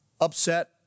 upset